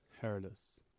hairless